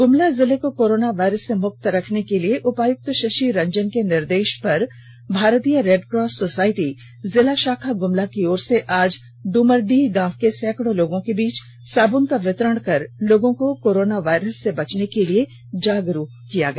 गुमला जिला को corona virus से मुक्त रखने के लिए उपायुक्त शशि रंजन के निर्देश पर भारतीय रेड क्रॉस सोसाइटी जिला शाखा गुमला की ओर से आज डुमरडीह गांव के सैकड़ों लोगों के बीच साबुन का वितरण कर लोगों को कोरोनावायरस से बचने के लिए जागरूक किया गया